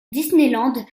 disneyland